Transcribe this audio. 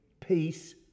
peace